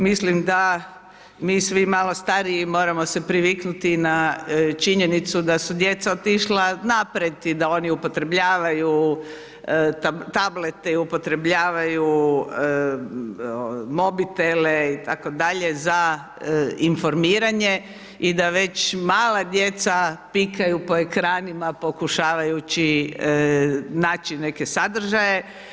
Mislim da mi svi malo stariji moramo se priviknuti na činjenicu da su djeca otišla naprijed i da oni upotrebljavaju tablete i upotrjebljavaju mobitele itd. za informiranje i da već mala djeca pikaju po ekranima, pokušavajući naći neke sadržaje.